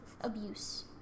abuse